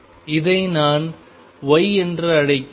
இதை நான் Y என்று அழைக்கிறேன்